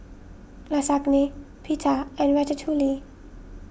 Lasagne Pita and Ratatouille